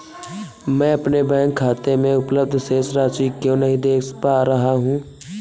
मैं अपने बैंक खाते में उपलब्ध शेष राशि क्यो नहीं देख पा रहा हूँ?